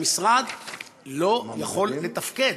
המשרד לא יכול לתפקד.